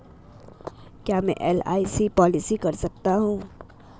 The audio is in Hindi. क्या मैं एल.आई.सी पॉलिसी कर सकता हूं?